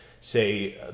say